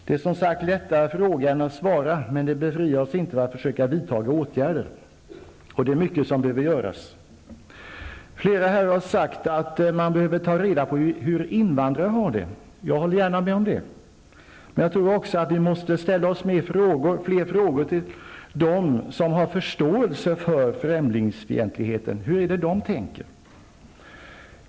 Det är som sagt lättare att fråga än att svara, men det befriar oss inte från att försöka vidta åtgärder. Flera har sagt att vi måste ta reda på hur invandrarna har det. Jag håller gärna med om detta. Vi måste ställa flera frågor till dem som har förståelse för främlingsfientligheten. Hur tänker de?